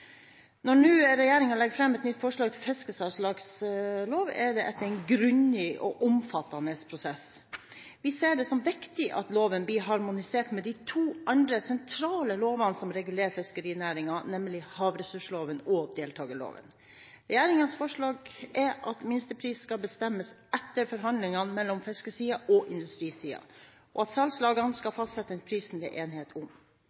Når nå regjeringen legger fram forslag til ny fiskesalgslagslov, er det etter en grundig og omfattende prosess. Vi ser det som viktig at loven blir harmonisert med de to andre sentrale lovene som regulerer fiskerinæringen, nemlig havressursloven og deltakerloven. Regjeringens forslag er at minstepris skal bestemmes etter forhandlinger mellom fiskersiden og industrisiden, og at salgslagene skal fastsette den prisen det er enighet om.